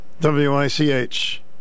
W-I-C-H